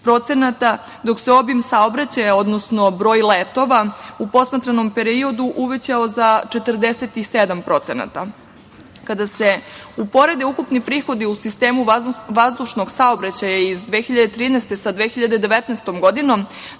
dok se obim saobraćaja, odnosno broj letova u posmatranom periodu uvećao za 47%.Kada se uporedi ukupni prihodi u sistemu vazdušnog saobraćaja iz 2013. godine sa 2019. godinom,